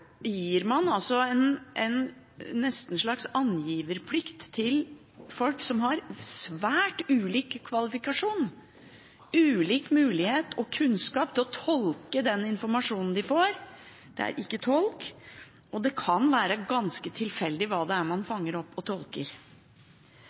gir man nesten en slags angiverplikt til folk som har svært ulike kvalifikasjoner og ulik mulighet og kunnskap til å tolke den informasjonen de får – det er ikke tolk, og det kan være ganske tilfeldig hva det er man